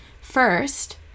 First